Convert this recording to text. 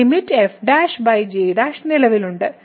limit f g നിലവിലുണ്ട്